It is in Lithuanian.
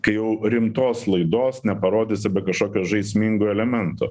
kai jau rimtos laidos neparodysi be kašokio žaismingų elemento